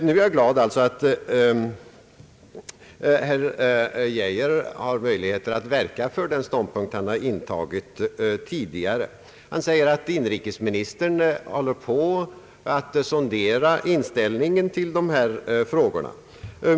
Jag är glad över att herr Geijer har möjligheter att verka för den ståndpunkt han har intagit tidigare. Han säger att inrikesministern håller på att sondera inställningen till dessa frågor.